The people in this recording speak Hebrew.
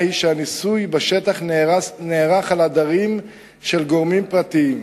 היא שהניסוי בשטח נערך על עדרים של גורמים פרטיים.